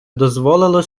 дозволило